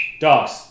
Dogs